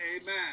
Amen